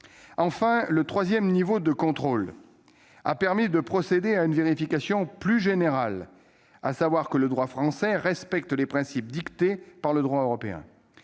et dernier niveau de contrôle a permis de procéder à une vérification plus générale, pour s'assurer que le droit français respecte les principes dictés par le droit européen.